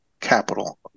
capital